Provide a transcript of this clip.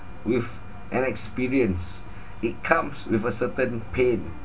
with an experience it comes with a certain pain